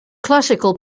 classical